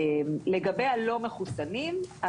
לגבי הלא מחוסנים,